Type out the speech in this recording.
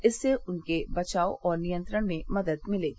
इससे उनसे बचाव और नियंत्रण में मद्द मिलेगी